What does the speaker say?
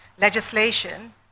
legislation